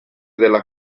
della